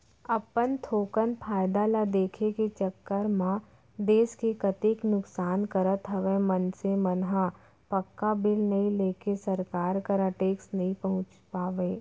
अपन थोकन फायदा ल देखे के चक्कर म देस के कतेक नुकसान करत हवय मनसे मन ह पक्का बिल नइ लेके सरकार करा टेक्स नइ पहुंचा पावय